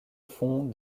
fond